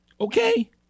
okay